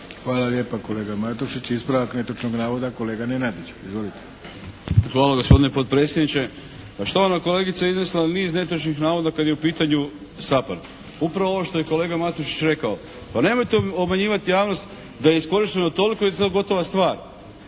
Hvala lijepa kolega Matušić. Ispravak netočnog navoda kolega Nenadić. Izvolite. **Nenadić, Željko (HDZ)** Hvala gospodine potpredsjedniče. Pa štovana kolegica je iznijela niz netočnih navoda kad je u pitanju SAPARD. Upravo ovo što je kolega Matušić rekao, pa nemojte obmanjivati javnost da je iskorišteno toliko i da je to gotova stvar.